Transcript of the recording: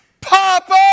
Papa